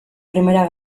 primera